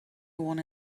one